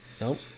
Nope